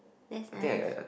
that's nice